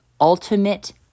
Ultimate